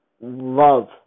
love